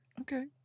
okay